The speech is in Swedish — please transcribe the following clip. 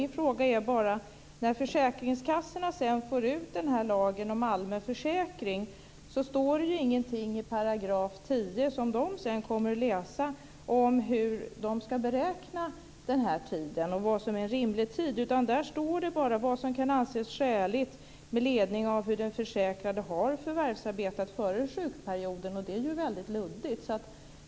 När försäkringskassorna sedan kommer att läsa lagen om allmän försäkring, så står det ju ingenting i § 10 om hur de ska beräkna tiden och vad som är rimlig tid. Där står bara vad som kan anses skäligt med ledning av hur den försäkrade har förvärvsarbetat före sjukperioden, och det är ju väldigt luddigt.